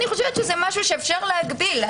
אני חושבת שזה משהו שאפשר להגביל.